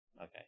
okay